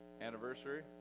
anniversary